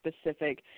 specific